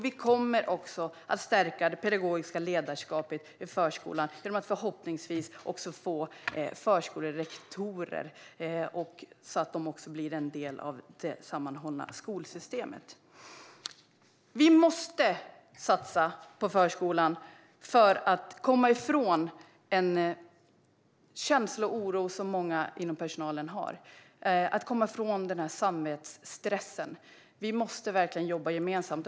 Vi kommer att stärka det pedagogiska ledarskapet i förskolan genom att förhoppningsvis få förskolerektorer att bli en del av det sammanhållna skolsystemet. Vi måste satsa på förskolan för att komma ifrån en känsla av oro som många inom personalen har. Det handlar om att komma ifrån samvetsstressen. Vi måste verkligen jobba gemensamt.